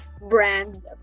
brand